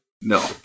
No